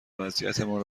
وضعیتمان